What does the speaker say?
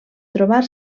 trobar